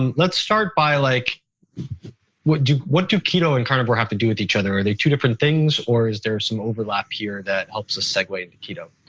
and let's start by like what do what do keto and carnivore have to do with each other? are they two different things, or is there some overlap here that helps us segue into keto?